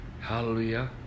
hallelujah